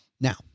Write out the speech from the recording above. Now